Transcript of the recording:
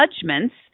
judgments